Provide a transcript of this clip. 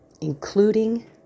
including